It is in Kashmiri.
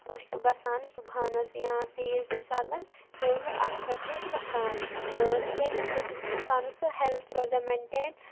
أسۍ چھُ گژھان صُبحَنَس یا ژیٖر کُنہِ ساتہٕ تہٕ اَکثر چھُ أسۍ گژھان تہٕ تِکیٛازِ اَمہِ سۭتۍ چھُ اِنسانَس سُہ ہٮ۪لٕتھ روزان مینٹین